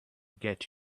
get